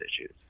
issues